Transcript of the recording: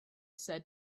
said